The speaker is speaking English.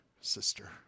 sister